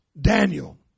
Daniel